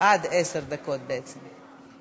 עד עשר דקות בעצם.